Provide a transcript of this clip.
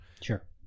sure